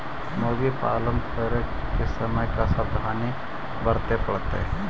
मुर्गी पालन करे के समय का सावधानी वर्तें पड़तई?